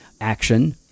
action